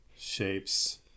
Shapes